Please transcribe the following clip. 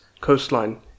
coastline